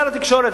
שר התקשורת,